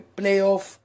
playoff